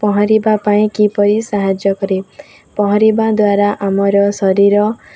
ପହଁରିବା ପାଇଁ କିପରି ସାହାଯ୍ୟ କରେ ପହଁରିବା ଦ୍ୱାରା ଆମର ଶରୀର